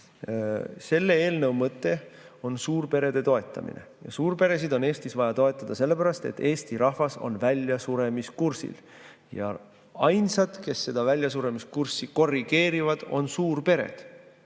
eelnõu mõte on suurperede toetamine. Suurperesid on Eestis vaja toetada sellepärast, et eesti rahvas on väljasuremiskursil. Ja ainsad, kes seda väljasuremiskurssi korrigeerivad, on suurpered.